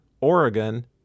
Oregon